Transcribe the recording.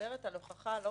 מדברת על הוכחה במשפט,